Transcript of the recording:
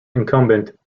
incumbent